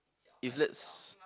if let's